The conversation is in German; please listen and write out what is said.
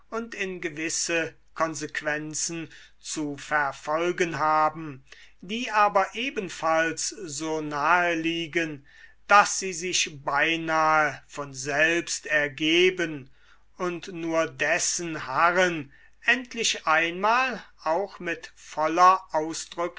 und in gewisse konsequenzen zu verfolgen haben die aber ebenfalls so nahe liegen daß sie sich beinahe von selbst ergeben und nur dessen m